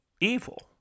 evil